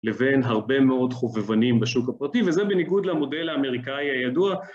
לבין הרבה מאוד חובבנים בשוק הפרטי וזה בניגוד למודל האמריקאי הידוע